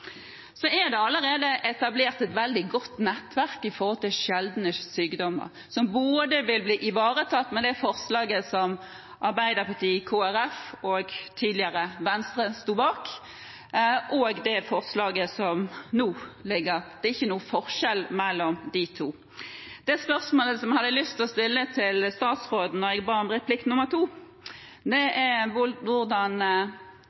Så er det allerede etablert et veldig godt nettverk for sjeldne sykdommer, som vil bli ivaretatt med både det forslaget som Arbeiderpartiet, Kristelig Folkeparti og – tidligere – Venstre sto bak, og det forslaget som nå ligger der. Det er ikke noen forskjell mellom de to. Det spørsmålet som jeg hadde lyst til å stille til statsråden da jeg ba om ordet til replikk